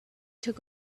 took